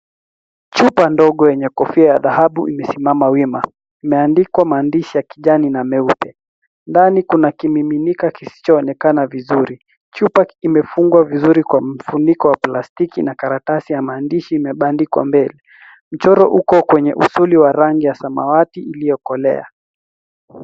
Chupa ndogo yenye kofia ya dhahabu imesimama wima. Imeandikwa maandishi ya kijani na meupe. Ndani kuna kimiminika kisichoonekana vizuri. Chupa imefungwa vizuri kwa mfuniko wa plastiki na karatasi ya maandishi imebandikwa mbele. Mchoro uko kwenye usuli wa rangi ya samawati iliyokolea.